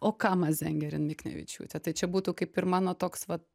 o kamazengerin miknevičiūte tai čia būtų kaip ir mano toks vat